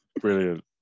brilliant